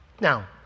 Now